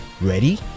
Ready